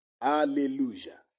Hallelujah